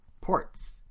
ports